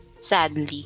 sadly